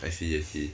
I see I see